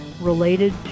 related